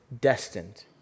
destined